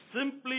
Simply